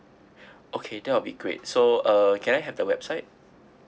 okay that will be great so uh can I have the website